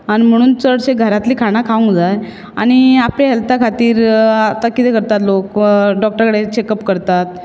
आनी म्हणून चडशीं घारांतलीं खाणां खावूंक जाय आनी आपले हॅल्था खातीर आतां कितें करतात लोक डॉकटराल कडेन चॅक अप करतात